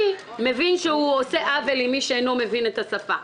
מבין שהוא עושה עוול למי שאינו מבין את השפה.